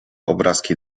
obrazki